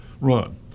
run